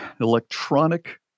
electronic